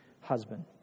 husband